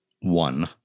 one